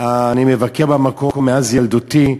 מבקר במקום, מאז ילדותי.